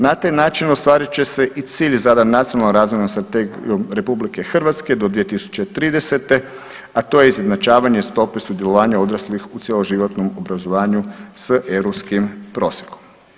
Na taj način ostvarit će se i cilj zadan Nacionalnom razvojnom strategijom RH do 2030., a to je izjednačavanje stope sudjelovanja odraslih u cjeloživotnom obrazovanju s europskim prosjekom.